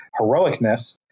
heroicness